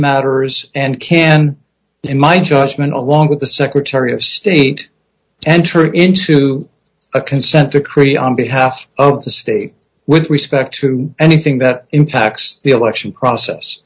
matters and can in my judgment along with the secretary of state enter into a consent decree on behalf of the state with respect to anything that impacts the election process